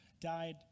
died